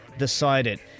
Decided